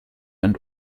and